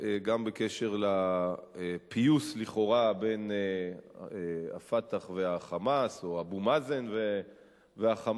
גם בקשר לפיוס לכאורה בין ה"פתח" ל"חמאס" או אבו מאזן ל"חמאס",